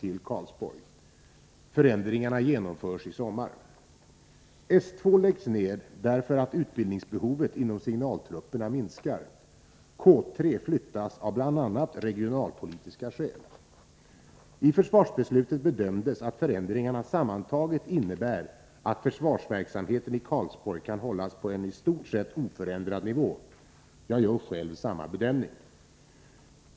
I försvarsbeslutet bedömdes att förändringarna sammantaget innebär att försvarsverksamheten i Karlsborg kan hållas på en i stort sett oförändrad nivå. Jag gör själv samma bedömning.